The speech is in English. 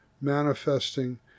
manifesting